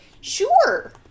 Sure